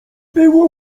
było